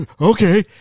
Okay